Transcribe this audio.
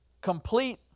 complete